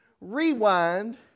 rewind